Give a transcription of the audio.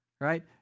right